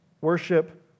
worship